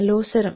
അലോസരം